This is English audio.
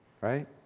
right